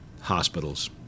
hospitals